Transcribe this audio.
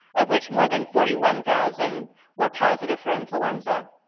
of which more than forty one thousand were positive for influenza.